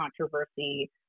controversy